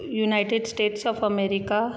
United States of America